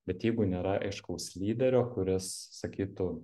bet jeigu nėra aiškaus lyderio kuris sakytų